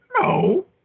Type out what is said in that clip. No